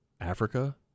Africa